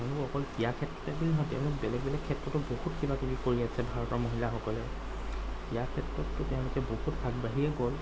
আৰু অকল ক্ৰীড়া ক্ষেত্ৰতে বুলি নহয় তেওঁলোক বেলেগ বেলেগ ক্ষেত্ৰতো বহুত কিবাকিবি কৰি আছে ভাৰতৰ মহিলাসকলে ক্ৰীড়া ক্ষেত্ৰতটো তেওঁলোকে বহুত আগবাঢ়িয়েই গ'ল